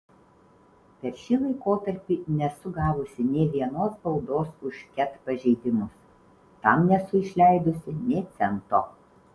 per šį laikotarpį nesu gavusi nė vienos baudos už ket pažeidimus tam nesu išleidusi nė cento